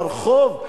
לרחוב?